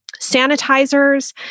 sanitizers